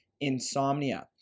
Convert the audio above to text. insomnia